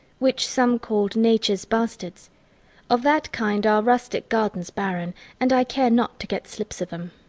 which some call nature's bastards of that kind our rustic garden's barren and i care not to get slips of them.